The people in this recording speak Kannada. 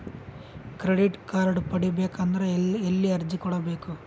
ಕ್ರೆಡಿಟ್ ಕಾರ್ಡ್ ಪಡಿಬೇಕು ಅಂದ್ರ ಎಲ್ಲಿ ಅರ್ಜಿ ಕೊಡಬೇಕು?